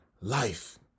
life